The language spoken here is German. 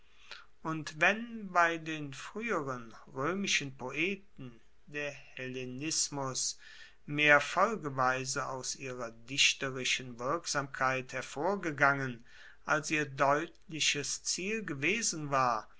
und wenn bei den frueheren roemischen poeten der hellenismus mehr folgeweise aus ihrer dichterischen wirksamkeit hervorgegangen als ihr deutliches ziel gewesen war